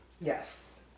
Yes